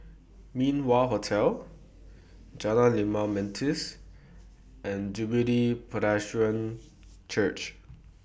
Min Wah Hotel Jalan Limau Manis and Jubilee Presbyterian Church